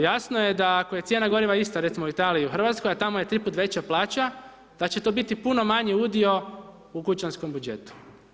Jasno je da ako je cijena goriva ista recimo u Italiji i Hrvatskoj, a tamo je tri put veća plaća da će to biti puno manji udio u kućanskom budžetu.